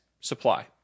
supply